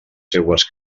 seues